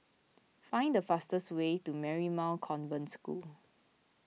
find the fastest way to Marymount Convent School